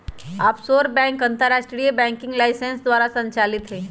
offshore bank अंतरराष्ट्रीय banking licence द्वारा संचालित हइ